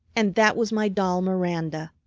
and that was my doll miranda,